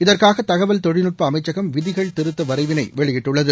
இதற்காக தகவல் தொழில்நட்ப அமைச்சகம் விதிகள் திருத்த வரைவினை வெளியிட்டுள்ளது